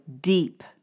deep